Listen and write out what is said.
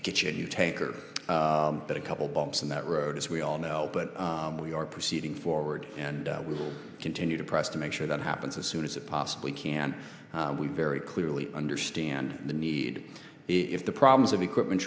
to get you tanker that a couple bumps in that road as we all know but we are proceeding forward and we will continue to press to make sure that happens as soon as it possibly can we very clearly understand the need if the problems of equipment